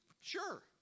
sure